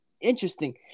interesting